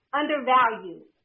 undervalued